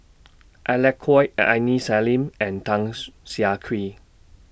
Alec Kuok Aini Salim and Tan's Siah Kwee